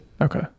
Okay